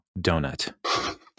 donut